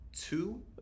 two